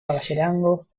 caballerangos